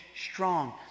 strong